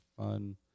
fun